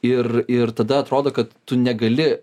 ir ir tada atrodo kad tu negali